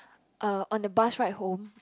uh on the bus right home